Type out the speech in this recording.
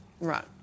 Right